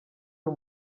uyu